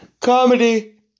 Comedy